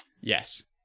Yes